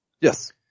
Yes